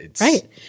Right